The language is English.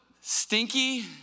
stinky